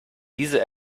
diese